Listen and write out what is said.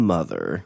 Mother